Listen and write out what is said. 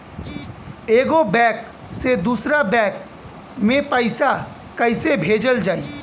एगो बैक से दूसरा बैक मे पैसा कइसे भेजल जाई?